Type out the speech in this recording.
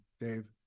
Dave